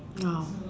no